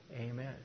Amen